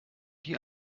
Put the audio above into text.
die